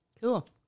Cool